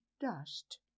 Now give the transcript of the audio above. dust